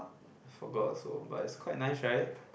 I forgot also but is quite nice right